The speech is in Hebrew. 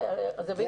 זה בדיוק.